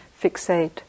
fixate